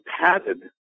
padded